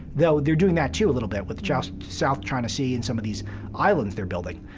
though they're doing that, too, a little bit with just south china sea and some of these islands they're building.